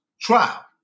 trial